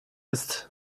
ist